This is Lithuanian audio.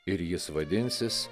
ir jis vadinsis